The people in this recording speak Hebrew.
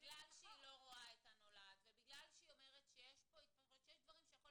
בגלל שהיא לא רואה את הנולד ובגלל שהיא אומרת שיש דברים שיכול